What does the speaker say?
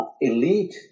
elite